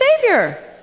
Savior